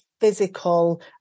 physical